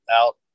out